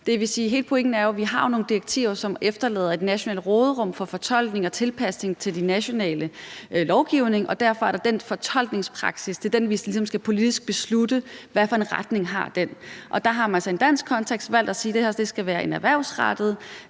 Hele pointen er, at vi jo har nogle direktiver, som efterlader et nationalt råderum for fortolkning og tilpasning til de nationale lovgivninger, og derfor skal vi ligesom politisk beslutte, hvad for en retning fortolkningspraksissen skal i. Der har man altså i en dansk kontekst valgt at sige, at det her skal være en erhvervsrettet